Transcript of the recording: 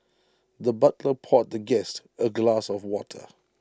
the butler poured the guest A glass of water